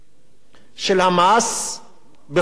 של המס בכל העולם,